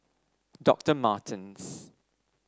Doctor Martens